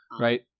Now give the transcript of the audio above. Right